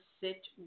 sit